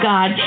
God